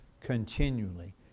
Continually